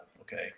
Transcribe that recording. okay